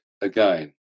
again